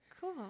cool